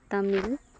Tamil